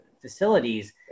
facilities